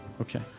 Okay